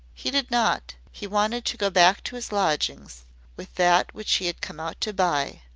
he did not. he wanted to go back to his lodgings with that which he had come out to buy.